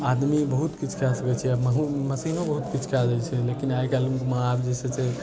आदमी बहुत किछु कए सकै छै अपनहुँ मशीनो बहुत किछु कए दै छै लेकिन आइ काल्हिमे जे छै से